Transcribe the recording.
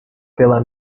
pela